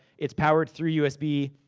it's powered through usb.